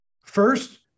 First